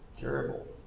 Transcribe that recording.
Terrible